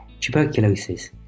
Tuberculosis